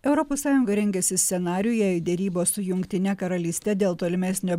europos sąjunga rengiasi scenarijui jei derybos su jungtine karalyste dėl tolimesnio